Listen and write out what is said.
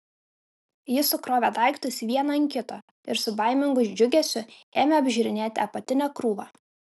ji sukrovė daiktus vieną ant kito ir su baimingu džiugesiu ėmė apžiūrinėti apatinę krūvą